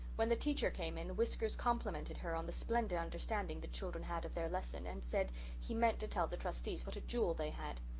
when the teacher came in, whiskers complimented her on the splendid understanding the children had of their lesson and said he meant to tell the trustees what a jewel they had.